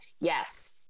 yes